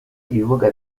ibibuga